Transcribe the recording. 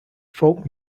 folk